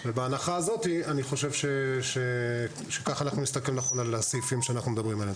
בהנחה הזאת אנחנו נסתכל נכון על הסעיפים שאנחנו מדברים עליהם.